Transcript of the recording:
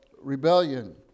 rebellion